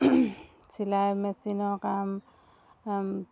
চিলাই মেচিনৰ কাম কাম